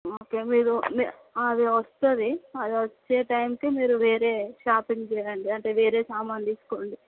okay మీరు అది వస్తుంది అది వచ్చే టైంకి మీరు వేరే షాపింగ్ చేయండి అంటే వేరే సామానులు తీసుకోండి